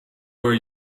where